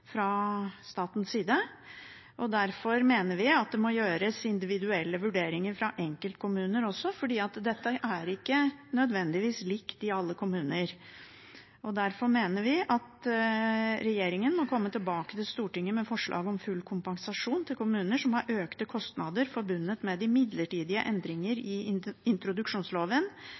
fra statens side. Derfor mener vi at det må gjøres individuelle vurderinger fra enkeltkommuner også, for dette er ikke nødvendigvis likt i alle kommuner. Derfor mener vi at regjeringen må komme tilbake til Stortinget med forslag om full kompensasjon til kommuner som har økte kostnader forbundet med de midlertidige endringene i introduksjonsloven